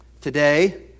today